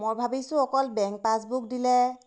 মই ভাবিছোঁ অকল বেংক পাছবুক দিলে